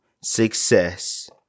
success